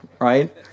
right